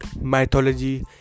Mythology